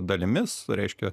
dalimis reiškia